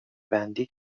بندی